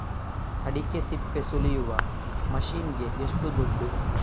ಅಡಿಕೆ ಸಿಪ್ಪೆ ಸುಲಿಯುವ ಮಷೀನ್ ಗೆ ಏಷ್ಟು ದುಡ್ಡು?